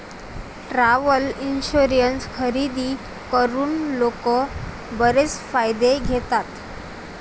travel insurance खरेदी करून लोक बरेच फायदे घेतात